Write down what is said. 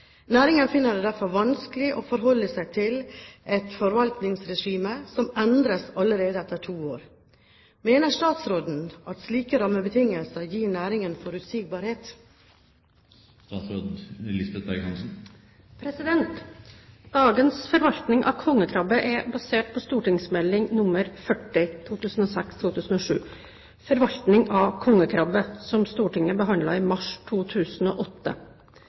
Næringen finner det derfor vanskelig å forholde seg til et forvaltningsregime som endres allerede etter to år. Mener statsråden at slike rammebetingelser gir næringen forutsigbarhet?» Dagens forvaltning av kongekrabbe er basert på St.meld. nr. 40 for 2006–2007, Forvaltning av kongekrabbe, som Stortinget behandlet i mars 2008.